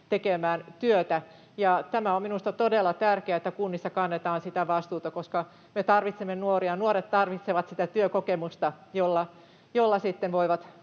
tekemään työtä. Ja tämä on minusta todella tärkeää, että kunnissa kannetaan sitä vastuuta, koska me tarvitsemme nuoria ja nuoret tarvitsevat sitä työkokemusta, jolla sitten voivat